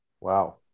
Wow